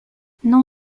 non